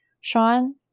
sean